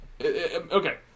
Okay